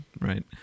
right